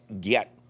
get